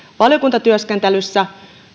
valiokuntatyöskentelyssä